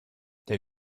der